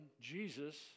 Jesus